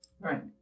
Right